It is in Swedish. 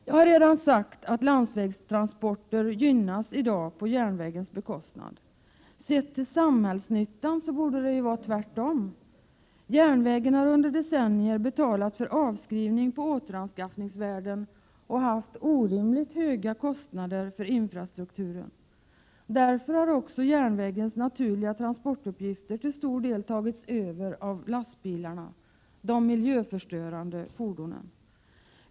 Jag har redan sagt att landsvägstransporter i dag gynnas på järnvägens bekostnad. Sett till samhällsnyttan borde det vara tvärtom. Järnvägen har under decennier betalat för avskrivning på återanskaffningsvärden och haft orimligt höga kostnader för infrastrukturen. Därför har också järnvägens naturliga transportuppgifter till stor del tagits över av lastbilarna, de miljöförstörande fordonen.